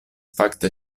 fakte